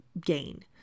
gain